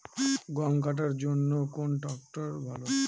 গম কাটার জন্যে কোন ট্র্যাক্টর ভালো?